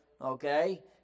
okay